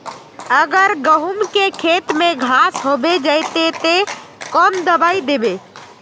अगर गहुम के खेत में घांस होबे जयते ते कौन दबाई दबे?